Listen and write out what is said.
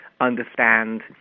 understand